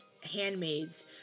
handmaids